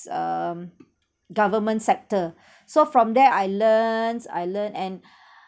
um government sector so from there I learnt I learnt and